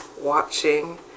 watching